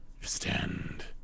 Stand